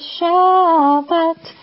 Shabbat